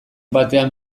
batean